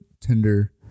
Tinder